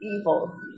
evil